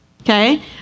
okay